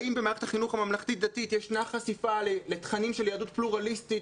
האם במערכת החינוך הממלכתית-דתית ישנה חשיפה לתכנים של יהדות פלורליסטית